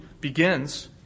begins